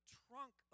trunk